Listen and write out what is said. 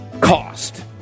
cost